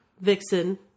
Vixen